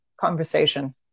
conversation